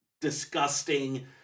disgusting